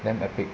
damn epic